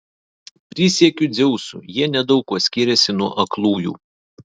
prisiekiu dzeusu jie nedaug kuo skiriasi nuo aklųjų